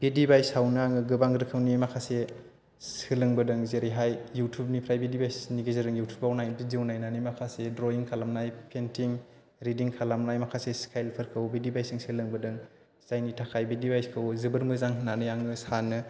बे दिभाइसआवनो आङो गोबां रोखोमनि माखासे सोलोंबोदों जेरैहाय इउथुबनिफ्राय बे दिभाइसनि गेजेरजों इउथुबआव नाय भिदिअ नायनानै माखासे द्रयिं खालामनाय पेन्थिं रिदिं खालामनाय माखासे सिकाइलफोरखौ बिदि दिभाइसजों सोलोंबोदों जायनि थाखाय बे दिभाइसखौ जोबोर मोजां होननानै आङो सानो